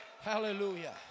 hallelujah